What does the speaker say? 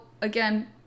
again